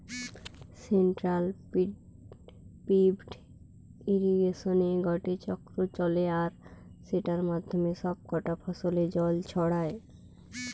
central pivot ইর্রিগেশনে গটে চক্র চলে আর সেটার মাধ্যমে সব কটা ফসলে জল ছড়ায়